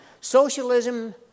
Socialism